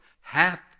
half